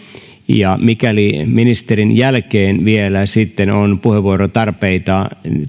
mikäli ministerin jälkeen vielä on puheenvuorotarpeita